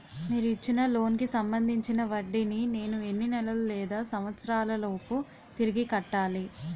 మీరు ఇచ్చిన లోన్ కి సంబందించిన వడ్డీని నేను ఎన్ని నెలలు లేదా సంవత్సరాలలోపు తిరిగి కట్టాలి?